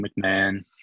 McMahon